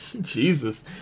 Jesus